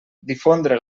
difondre